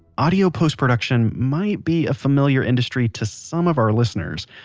audio post production might be a familiar industry to some of our listeners.